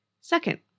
Second